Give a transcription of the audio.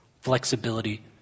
flexibility